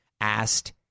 asked